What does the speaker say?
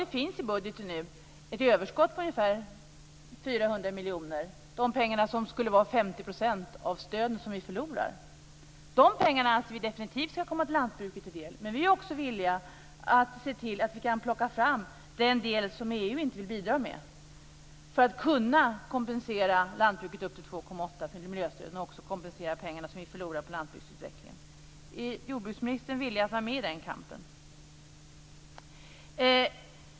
Nu finns det ett överskott i budgeten på ungefär 400 miljoner, de pengar som skulle vara 50 % av stöden som vi förlorar. Vi anser att de pengarna definitivt ska komma lantbruket till del. Men vi är också villiga att se till att vi kan plocka fram den del som EU inte vill bidra med för att kunna kompensera lantbruket upp till 2,8 miljarder för miljöstöden och för att kompensera för de pengar som vi förlorar på landsbygdsutvecklingen. Är jordbruksministern villig att vara med i den kampen?